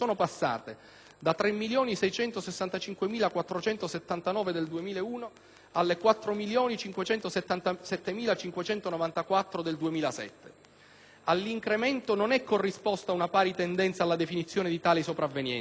dai 3.665.479 del 2001 ai 4.577.594 del 2007. All'incremento non è corrisposta una pari tendenza alla definizione di tali sopravvenienze